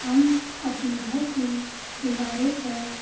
हम अपने घर की दीवारों पर